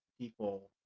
people